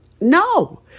No